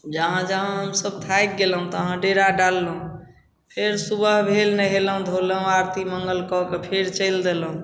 जहाँ जहाँ हमसभ थाकि गेलहुँ तहाँ डेरा डाललहुँ फेर सुबह भेल नहेलहुँ धोलहुँ आरती मङ्गल कऽ कऽ फेर चलि देलहुँ